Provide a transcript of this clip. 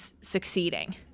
succeeding